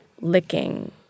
licking